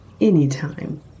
anytime